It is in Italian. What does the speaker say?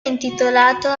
intitolato